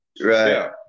Right